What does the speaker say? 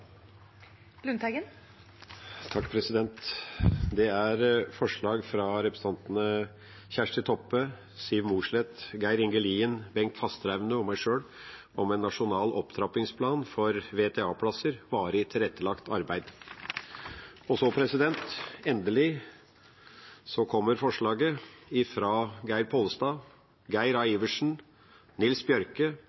Lundteigen vil fremsette to representantforslag. Det er forslag fra representantene Kjersti Toppe, Siv Mossleth, Geir Inge Lien, Bengt Fasteraune og meg sjøl om en nasjonal opptrappingsplan for VTA-plasser Og så – endelig – kommer forslaget fra Geir